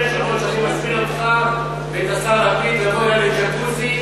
אני מזמין אותך ואת השר לפיד לבוא אלי לג'קוזי,